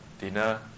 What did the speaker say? dinner